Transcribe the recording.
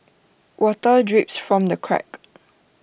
water drips from the cracks